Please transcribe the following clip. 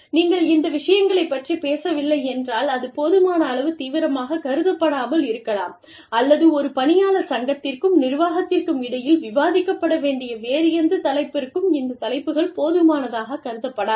நீங்கள் இந்த விஷயங்களைப் பற்றிப் பேசவில்லை என்றால் அது போதுமான அளவு தீவிரமாகக் கருதப்படாமல் இருக்கலாம் அல்லது ஒரு பணியாளர் சங்கத்திற்கும் நிர்வாகத்திற்கும் இடையில் விவாதிக்கப்பட வேண்டிய வேறு எந்த தலைப்பிற்கும் இந்த தலைப்புகள் போதுமானதாக கருதப்படாது